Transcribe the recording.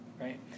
right